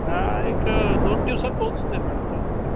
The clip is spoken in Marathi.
हो एक दोन दिवसात पोचून जाईल मॅडम माल तुमच्याकडे